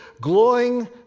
glowing